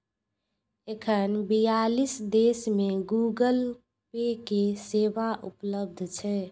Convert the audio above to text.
एखन बियालीस देश मे गूगल पे के सेवा उपलब्ध छै